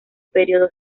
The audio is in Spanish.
periodo